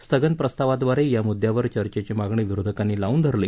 स्थगन प्रस्तावाह्वारे या मुद्द्यावर चर्चेची मागणी विरोधकांनी लावून धरली